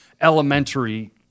elementary